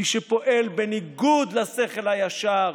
מי שפועל בניגוד לשכל הישר,